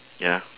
ya